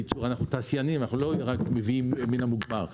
אנחנו תעשיינים, ואנחנו לא רק מביאים מן המוגמר.